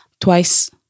twice